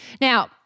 Now